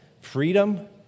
freedom